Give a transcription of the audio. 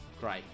Great